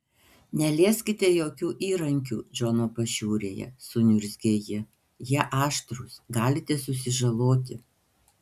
nelieskite jokių įrankių džono pašiūrėje suniurzgė ji jie aštrūs galite susižaloti